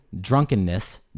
drunkenness